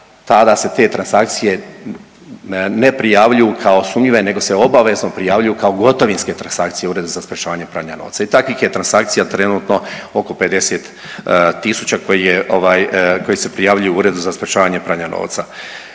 tada se te transakcije ne prijavljuju kao sumnjive, nego se obavezno prijavljuju kao gotovinske transakcije Uredu za sprječavanje pranja novca. I takvih je transakcija trenutno oko 50 000 koji se prijavljuju Uredu za sprječavanje pranja novca.